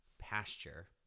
pasture